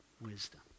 wisdom